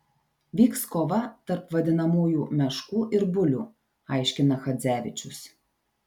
vyks kova tarp vadinamųjų meškų ir bulių aiškina chadzevičius